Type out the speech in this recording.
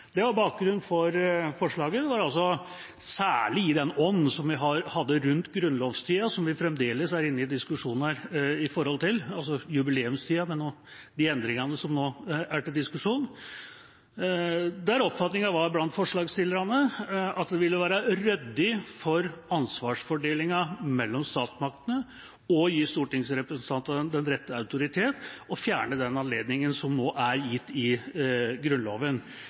Det var bakgrunnen for forslaget. Det var særlig i den ånd som vi hadde rundt jubileumstida, og de endringene som fremdeles er til diskusjon. Oppfatningen blant forslagsstillerne var at det ville være ryddig for ansvarsfordelingen mellom statsmaktene å gi stortingsrepresentantene den rette autoritet og fjerne den anledningen som nå er gitt i Grunnloven.